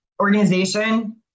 organization